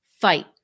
fight